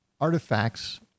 artifacts